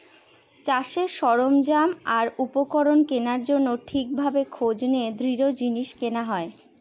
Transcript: চাষের সরঞ্জাম আর উপকরণ কেনার জন্য ঠিক ভাবে খোঁজ নিয়ে দৃঢ় জিনিস কেনা হয়